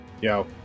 Yo